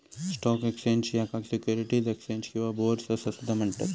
stock exchange, याका securities exchange किंवा bourse असा सुद्धा म्हणतत